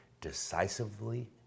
decisively